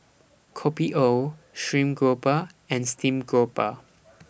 Kopi O Stream Grouper and Steamed Grouper